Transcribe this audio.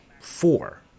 four